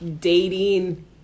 dating